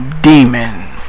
Demon